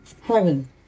Heaven